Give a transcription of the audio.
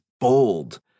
bold